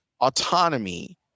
autonomy